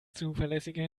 zuverlässige